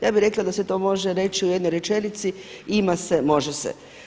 Ja bih rekla da se to može reći u jednoj rečenici, ima se, može se.